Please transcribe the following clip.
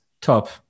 top